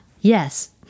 yes